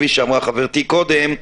כפי שאמרה חברתי קודם,